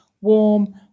warm